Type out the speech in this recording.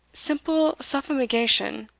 simple suffumigation?